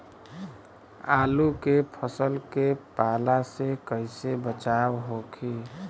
आलू के फसल के पाला से कइसे बचाव होखि?